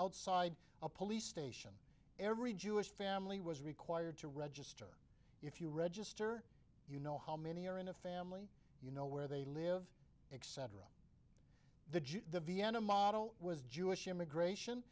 outside a police station every jewish family was required to register if you register you know how many are in a family you know where they live etc the jews the vienna model was jewish immigration